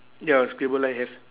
ya scribble line have